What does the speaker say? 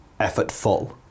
effortful